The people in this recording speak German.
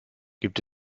gibt